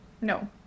No